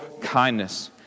kindness